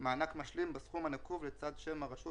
מענק משלים בסכום הנקוב לצד שם הרשות